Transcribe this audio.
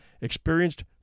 experienced